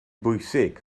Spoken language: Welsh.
bwysig